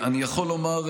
אני יכול לומר,